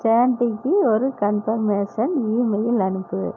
சாண்டிக்கு ஒரு confirmation email அனுப்பு